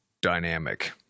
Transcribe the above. dynamic